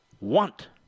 want